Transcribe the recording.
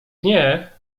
nie